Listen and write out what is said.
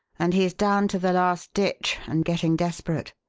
and he's down to the last ditch and getting desperate.